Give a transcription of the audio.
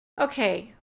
okay